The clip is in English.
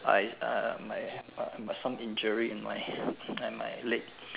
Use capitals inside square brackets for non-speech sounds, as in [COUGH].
my uh my uh my some injury in my in my [NOISE] leg